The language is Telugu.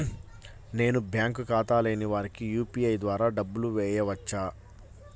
నేను బ్యాంక్ ఖాతా లేని వారికి యూ.పీ.ఐ ద్వారా డబ్బులు వేయచ్చా?